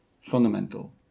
fundamental